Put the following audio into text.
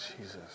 Jesus